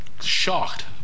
shocked